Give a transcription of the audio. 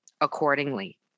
accordingly